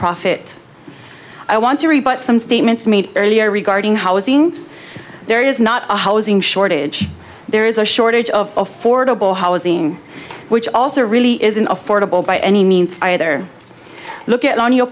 profit i want to rebut some statements made earlier regarding housing there is not a housing shortage there is a shortage of affordable housing which also really isn't affordable by any means either look at on your